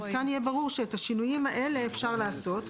זאת אומרת שיש לו סמכות לבטל,